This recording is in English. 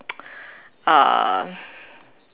uh